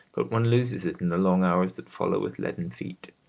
but one loses it in the long hours that follow with leaden feet.